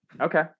Okay